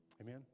Amen